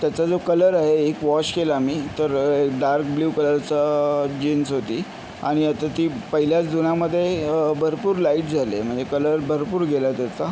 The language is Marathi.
त्याचा जो कलर आहे एक वॉश केला मी तर डार्क ब्ल्यू कलरचा जीन्स होती आणि आता ती पहिल्याच धुण्यामध्ये बरपूर लाइट झाले म्हणजे कलर भरपूर गेला त्याचा